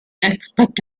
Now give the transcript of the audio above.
except